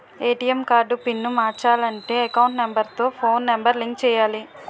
ATM card pin మార్చాలంటే account number తో phone number link చేయాలి